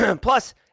plus